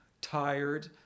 tired